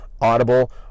audible